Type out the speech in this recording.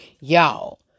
y'all